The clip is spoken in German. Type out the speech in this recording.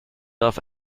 darf